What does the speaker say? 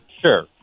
Sure